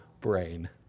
brain